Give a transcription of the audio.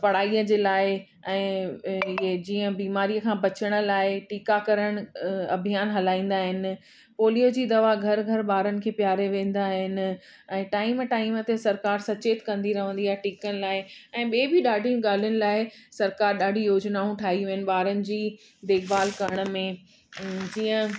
पढ़ाईअ जे लाइ ऐं ईअं जीअं बीमारी खां बचण लाइ टीका करण अ अभियानु हलाईंदा आहिनि पोलियो जी दवा घर घर ॿारनि खे पीआरे वेंदा आहिनि ऐं टाइम टाइम ते सरकार सचेत कंदी रहंदी आहे टीकनि लाइ ऐं ॿिए बि ॾाढी ॻाल्हियुनि लाइ सरकार ॾाढी योजनाऊं ठाहियूं आहिनि ॿारनि जी देखभाल करण में जीअं